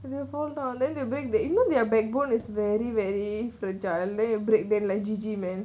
they'll fall down then they break their you know their backbone is very very fragile and you break then like G_G man